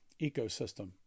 ecosystem